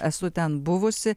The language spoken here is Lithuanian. esu ten buvusi